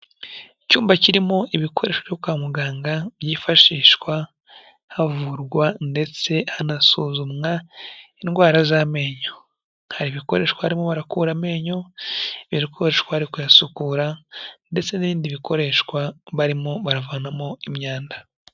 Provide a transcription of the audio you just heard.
Icyumba kirimo ibikoresho byo kwa muganga byifashishwa havurwa ndetse hanasuzumwa indwara z'amenyo hari ibikoreshwa barimo barakura amenyo, hari ibikoreshwa bari kuyasukura ndetse n'ibindi bikoreshwa barimo baravanamo imyanda.